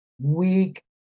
weak